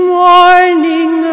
morning